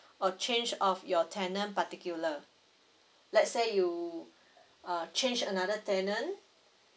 or change of your tenant particular let's say you uh change another tenant